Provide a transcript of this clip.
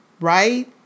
right